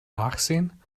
nachsehen